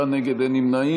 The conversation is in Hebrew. בעד, 52, נגד, 63, אין נמנעים.